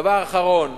דבר אחרון,